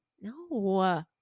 No